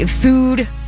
food